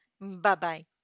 Bye-bye